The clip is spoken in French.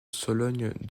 sologne